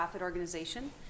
organization